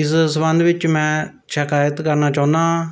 ਇਸ ਸੰਬੰਧ ਵਿੱਚ ਮੈਂ ਸ਼ਿਕਾਇਤ ਕਰਨਾ ਚਾਹੁੰਦਾ ਹਾਂ